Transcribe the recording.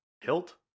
Hilt